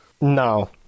No